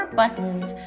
buttons